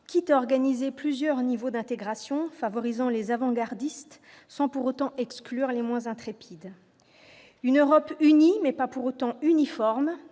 quitte à organiser plusieurs niveaux d'intégration, favorisant les « avant-gardistes » sans pour autant exclure les moins intrépides ; une Europe unie- mais pas uniforme